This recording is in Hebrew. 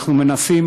אנחנו מנסים,